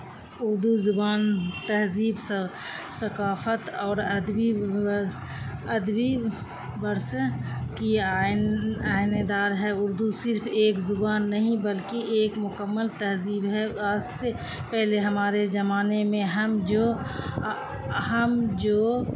اردو زبان تہذیب سا ثقافت اور ادبی ادبی ورثے کی آئینےدار ہے اردو صرف ایک زبان نہیں بلکہ ایک مکمل تہذیب ہے آج سے پہلے ہمارے زمانے میں ہم جو ہم جو